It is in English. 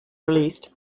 released